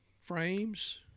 frames